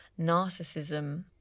narcissism